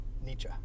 Nietzsche